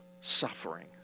suffering